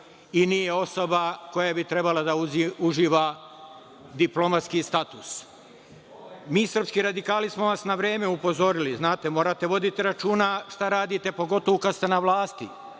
i nije osoba koja bi trebala da uživa diplomatski status. Mi srpski radikali smo vas na vreme upozorili. Znate, morate voditi računa šta radite, pogotovu kada ste na vlasti.